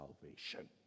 salvation